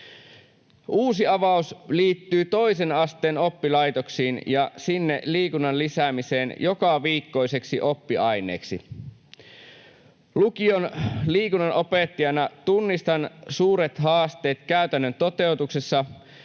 Uusi avaus liittyy toisen asteen oppilaitoksiin ja liikunnan lisäämiseen sinne jokaviikkoiseksi oppiaineeksi. Lukion liikunnanopettajana tunnistan suuret haasteet käytännön toteutuksessa,